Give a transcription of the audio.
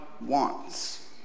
wants